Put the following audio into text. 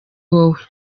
wowe